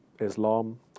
Islam